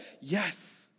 Yes